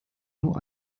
nur